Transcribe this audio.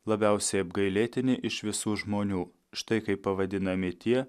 labiausiai apgailėtini iš visų žmonių štai kaip pavadinami tie